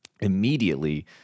immediately